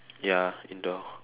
ya indoor